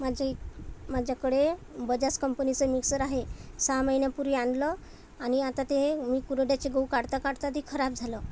माझे माझ्याकडे बजाज कंपनीचं मिक्सर आहे सहा महिन्यापूर्वी आणलं आणि आता ते कुरडयाचे गहू काढता काढता ते खराब झालं